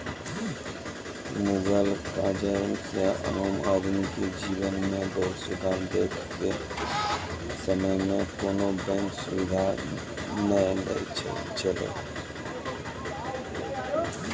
मुगल काजह से आम आदमी के जिवन मे बहुत सुधार देखे के समय मे कोनो बेंक सुबिधा नै छैले